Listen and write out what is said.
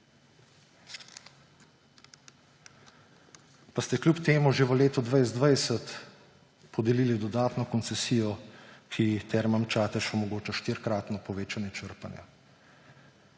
pa ste kljub temu že v letu 2020 podelili dodatno koncesijo, ki Termam Čatež omogoča štirikratno povečanje črpanja.